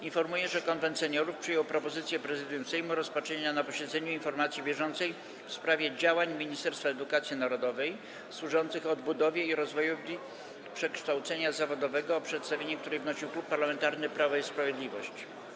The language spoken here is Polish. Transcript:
Informuję, że Konwent Seniorów przyjął propozycję Prezydium Sejmu rozpatrzenia na posiedzeniu informacji bieżącej w sprawie działań Ministerstwa Edukacji Narodowej służących odbudowie i rozwojowi kształcenia zawodowego, o której przedstawienie wnosił Klub Parlamentarny Prawo i Sprawiedliwość.